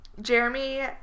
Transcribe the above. Jeremy